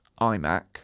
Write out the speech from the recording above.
iMac